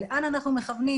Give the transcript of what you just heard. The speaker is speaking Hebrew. לאן אנחנו מכוונים,